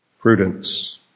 prudence